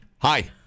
Hi